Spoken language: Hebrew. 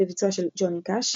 בביצוע של ג'וני קאש.